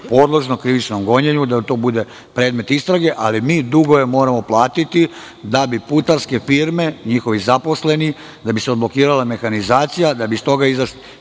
podložno krivičnom gonjenju, da bude predmet istrage, ali mi dugove moramo platiti da bi putarske firme i njihovi zaposleni, da bi se odblokirala mehanizacija, da bi iz toga izašli.